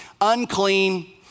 unclean